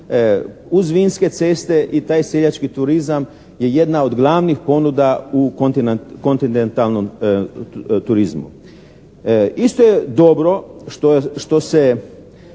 uz vinske ceste i taj seljački turizam je jedna od glavnih ponuda u kontinentalnom turizmu. Isto je dobro što se